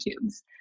tubes